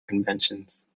conventions